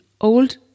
old